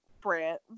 brand